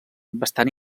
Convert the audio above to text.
bastant